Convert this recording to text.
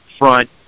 front